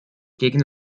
gegen